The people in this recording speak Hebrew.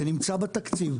זה נמצא בתקציב,